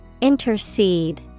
Intercede